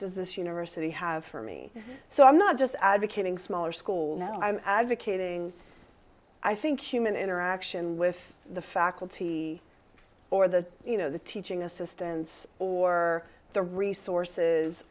does this university have for me so i'm not just advocating smaller schools i'm advocating i think human interaction with the faculty or the you know the teaching assistants or the resources